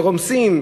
ורומסים,